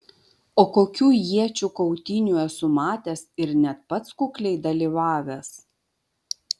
o kokių iečių kautynių esu matęs ir net pats kukliai dalyvavęs